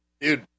dude